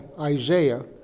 Isaiah